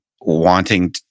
wanting